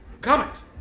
comics